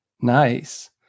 Nice